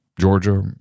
Georgia